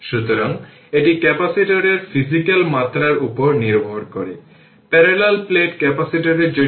সুতরাং আপনি যদি এই স্ট্রেটলাইন এর স্লোপ নেন তাহলে এটি হবে 10